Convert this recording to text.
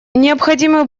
необходимы